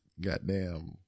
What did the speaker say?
Goddamn